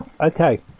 Okay